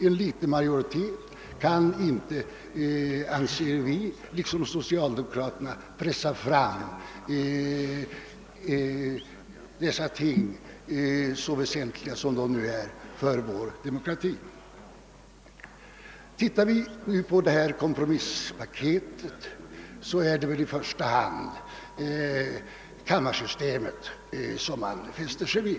Vi anser liksom socialdemokraterna att en liten majoritet inte bör pressa fram ett beslut i dessa så väsentliga frågor för vår demokrati. När man studerar kompromisspaketet är det i första hand kammarsystemet som man fäster sig vid.